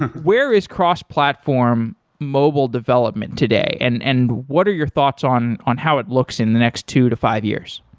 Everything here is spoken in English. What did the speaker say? where is cross-platform mobile development today, and and what are your thoughts on on how it looks in the next two to five years?